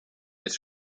its